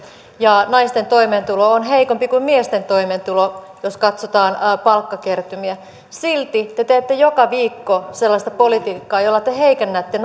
ja naisten toimeentulo on heikompi kuin miesten toimeentulo jos katsotaan palkkakertymiä silti te te teette joka viikko sellaista politiikkaa jolla te heikennätte